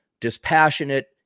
dispassionate